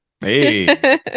hey